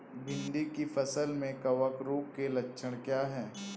भिंडी की फसल में कवक रोग के लक्षण क्या है?